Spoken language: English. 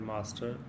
Master